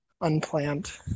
unplanned